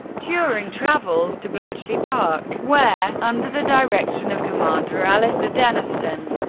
turing travels to bletchley park, where, under the direction of commander alastair denniston,